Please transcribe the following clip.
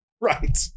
Right